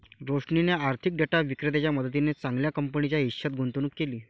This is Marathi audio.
रोशनीने आर्थिक डेटा विक्रेत्याच्या मदतीने चांगल्या कंपनीच्या हिश्श्यात गुंतवणूक केली